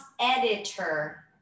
editor